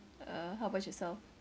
uh how about yourself